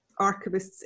archivists